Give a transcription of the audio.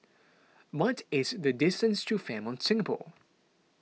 what is the distance to Fairmont Singapore